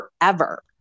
forever